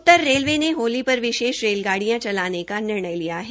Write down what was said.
उत्तर railway ने होली पर विशेष रेलगाडियां चलाने का निर्णय लिया है